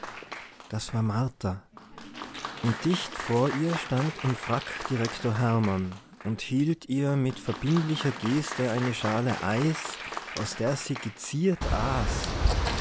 das war martha und dicht vor ihr stand im frack direktor hermann und hielt ihr mit verbindlicher geste eine schale eis aus der sie geziert